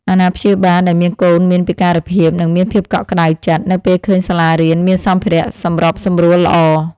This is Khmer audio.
អាណាព្យាបាលដែលមានកូនមានពិការភាពនឹងមានភាពកក់ក្តៅចិត្ត នៅពេលឃើញសាលារៀនមានសម្ភារៈសម្របសម្រួលល្អ។